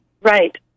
right